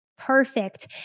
Perfect